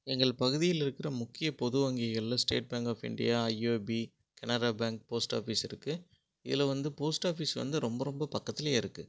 எங்கள் பகுதியில் இருக்கிற முக்கிய பொது வங்கிகளில் State Bank of India IOB Canara bank post office இருக்குது இதில் வந்து போஸ்ட் ஆஃபீஸ் வந்து ரொம்ப ரொம்ப பக்கத்துலேயே இருக்குது